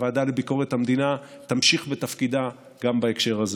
הוועדה לביקורת המדינה תמשיך בתפקידה גם בהקשר הזה.